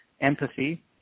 empathy